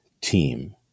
team